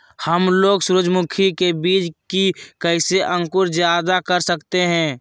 हमलोग सूरजमुखी के बिज की कैसे अंकुर जायदा कर सकते हैं?